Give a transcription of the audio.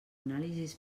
anàlisis